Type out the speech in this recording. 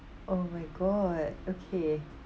oh my god okay